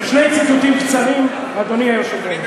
שני ציטוטים קצרים, אדוני היושב-ראש.